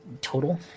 total